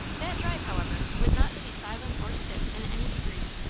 that drive, however, was not to be silent or stiff in any degree.